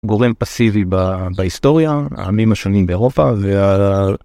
גורם פסיבי בהיסטוריה, העמים השונים באירופה וה...